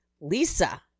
Lisa